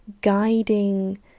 guiding